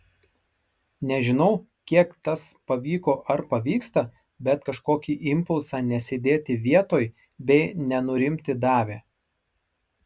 nežinau kiek tas pavyko ar pavyksta bet kažkokį impulsą nesėdėti vietoj bei nenurimti davė